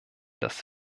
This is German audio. das